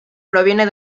proviene